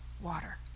water